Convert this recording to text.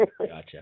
Gotcha